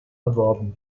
erworben